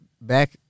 back